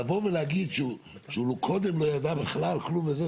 לבוא ולהגיד שהוא קודם לא ידע בכלל כלום וזה,